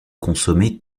consommer